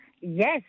Yes